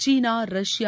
China Russia